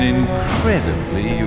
incredibly